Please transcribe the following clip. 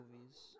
movies